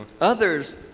Others